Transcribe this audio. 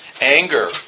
Anger